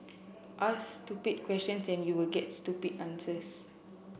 ask stupid questions and you will get stupid answers